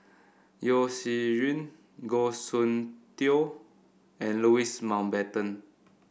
Yeo Shih Yun Goh Soon Tioe and Louis Mountbatten